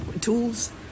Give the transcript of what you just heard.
tools